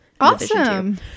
awesome